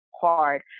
hard